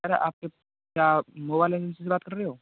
sir आपके क्या आप मोबाईल एजेंसी से बात कर रहे हो